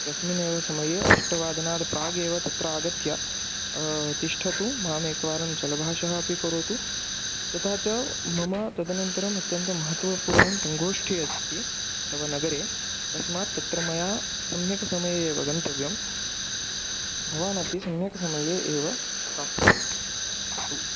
तस्मिन्नेव समये अष्टवादनात् प्राग्गेव तत्र आगत्य तिष्ठतु मामेकवारं चलभाषाम् अपि करोतु तथा च मम तदनन्तरम् अत्यन्तं महत्त्वपूर्णा सङ्गोष्ठिः अस्ति तव नगरे तस्मात् तत्र मया सम्यक् समये एव गन्तव्यं भवानपि सम्यक् समये एव प्राप्नोतु